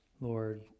Lord